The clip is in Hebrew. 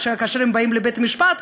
כאשר הם באים לבית-המשפט,